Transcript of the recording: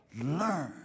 learn